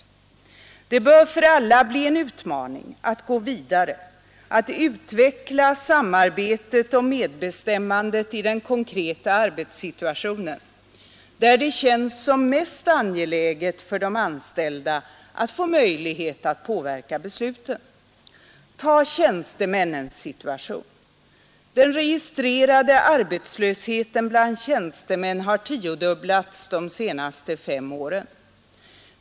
Det bör för alla bli en utmaning att gå vidare, att utveckla samarbetet och medbestämmandet i den konkreta arbetssituationen, där det känns som mest angeläget för de anställda att påverka besluten. Tag tjänstemännens situation! Den registrerade arbetslösheten bland tjänstemän har tiodubblats de senaste fem åren.